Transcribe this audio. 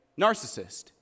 narcissist